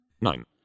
Nine